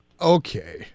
Okay